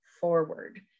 forward